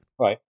Right